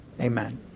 Amen